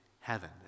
heaven